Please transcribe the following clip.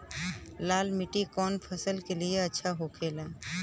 लाल मिट्टी कौन फसल के लिए अच्छा होखे ला?